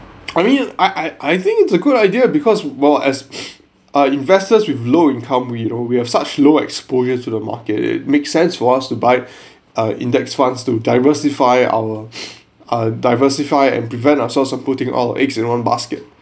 I mean I I I think it's a good idea because well as ah investors with low income we you know we have such low exposure to the market it makes sense for us to buy a index funds to diversify our uh diversify and prevent ourselves from putting all our eggs in one basket